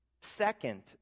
Second